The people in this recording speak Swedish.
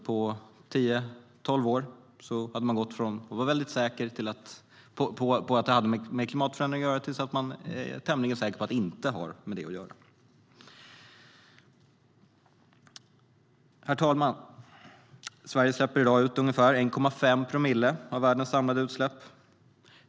På tio tolv år hade man gått från att vara väldigt säker på att detta hade med klimatförändringar att göra till att vara tämligen säker på att det inte hade med det att göra. Herr talman! Sverige släpper i dag ut ungefär 1,5 promille av världens samlade utsläpp.